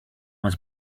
was